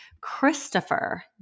Christopher